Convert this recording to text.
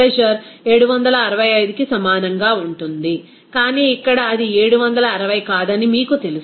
pressure 765కి సమానంగా ఉంటుంది కానీ ఇక్కడ అది 760 కాదని మీకు తెలుసు